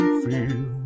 feel